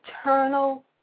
eternal